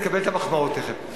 תקבל את המחמאות תיכף,